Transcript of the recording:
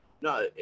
No